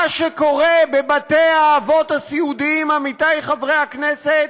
מה שקורה בבתי-האבות הסיעודיים, עמיתי חברי הכנסת,